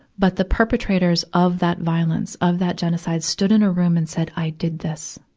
but the perpetrators of that violence, of that genocide stood in a room and said i did this.